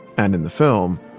and in the film,